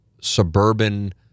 suburban